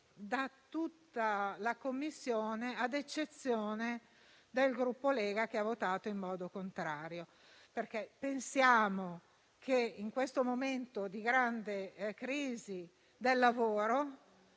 da tutta la Commissione, ad eccezione del Gruppo della Lega, che ha votato in modo contrario. Pensiamo infatti che in questo momento di grande crisi del lavoro